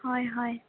হয় হয়